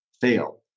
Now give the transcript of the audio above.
fail